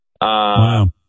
Wow